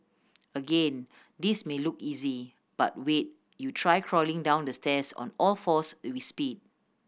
again this may look easy but wait you try crawling down the stairs on all fours with speed